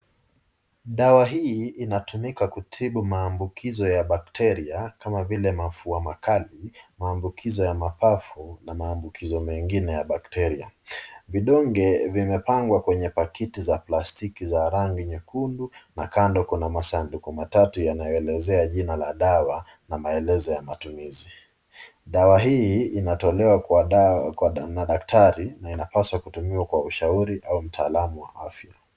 Dawa hii inatumika kutibu maambukizo ya bacteria kama vile mafua makali, maambukizo ya mapafu na maambukizo mengine ya bacteria. Vidonge vimepangwa kwenye pakiti za plastiki za rangi nyekundu na kando kuna masanduku matatu yanayoelezea jina la dawa na maelezo ya matumizi. Dawa hii inatolewa na daktari na inapaswa kutumiwa kwa ushauri au mtaalam wa afya.